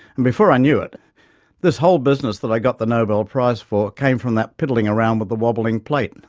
and before i knew it this whole business that i got the nobel prize for came from that piddling around with the wobbling plate.